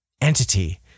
entity